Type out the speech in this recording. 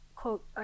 quote